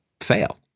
fail